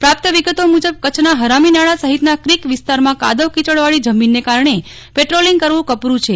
પ્રાપ્ત વિગતો મુજબ કચ્છના હરામીનાળા સહિતના ક્રીક વિસ્તારમાં કાદવ કિચડ વાળી જમીનને કારણે પ્રદ્રોલિંગ કરવું કપડું છે